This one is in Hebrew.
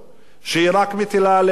שהיא רק מטילה עליהם מסים,